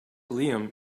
liam